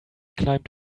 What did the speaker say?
climbed